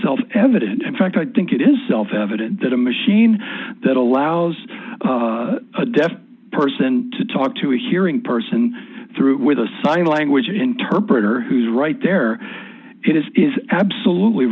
self evident in fact i think it is self evident that a machine that allows a deaf person to talk to a hearing person through with a sign language interpreter who's right there it is is absolutely